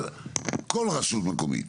אבל כל רשות מקומית.